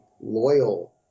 loyal